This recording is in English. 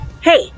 Hey